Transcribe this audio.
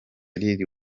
lil